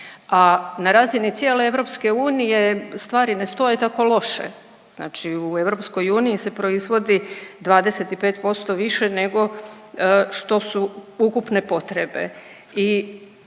a na razini cijele EU stvari ne stoje tako loše. Znači u EU se proizvodi 25% više nego što su ukupne potrebe